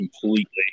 completely